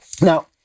Now